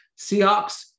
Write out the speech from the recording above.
Seahawks